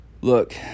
Look